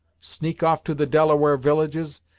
sneak off to the delaware villages,